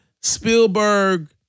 Spielberg